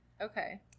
Okay